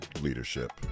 leadership